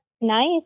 nice